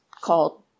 called